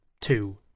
two